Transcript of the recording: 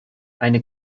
eine